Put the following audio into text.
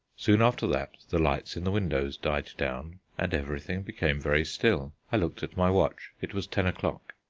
soon after that the lights in the windows died down and everything became very still. i looked at my watch. it was ten o'clock.